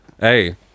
Hey